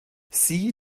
sie